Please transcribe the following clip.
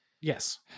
yes